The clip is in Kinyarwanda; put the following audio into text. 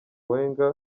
wenger